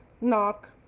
Knock